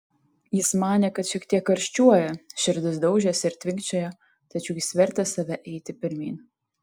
jis manė kad šiek tiek karščiuoja širdis daužėsi ir tvinkčiojo tačiau jis vertė save eiti pirmyn